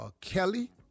Kelly